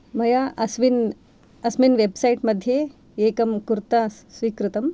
मया अस्मिन् अस्मिन् वेब्सैट् मध्ये एकं कुर्ता स्वीकृतं